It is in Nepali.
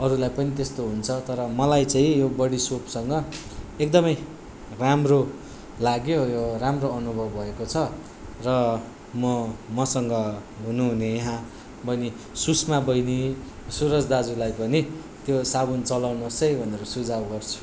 अरूलाई पनि त्यस्तो हुन्छ तर मलाई चाहिँ यो बडिसोपसँग एकदमै राम्रो लाग्यो यो राम्रो अनुभव भएको छ र म मसङ हुनु हुने यहाँ बैनी सुषमा बैनी सुरज दाजुलाई पनि त्यो साबुन चलाउनोस् है भनेर सुझाव गर्छु